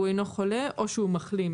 הוא אינו חולה או שהוא מחלים,